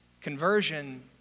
conversion